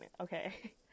okay